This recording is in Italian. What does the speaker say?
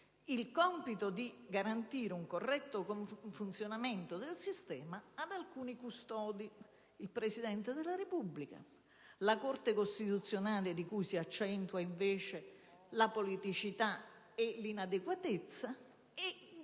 il compito di garantire un corretto funzionamento del sistema stesso ad alcuni custodi: il Presidente della Repubblica, la Corte Costituzionale di cui si accentua invece la politicità e l'inadeguatezza e -